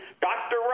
Dr